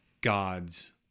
God's